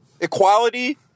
equality